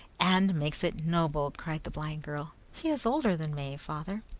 and makes it noble, cried the blind girl. he is older than may, father.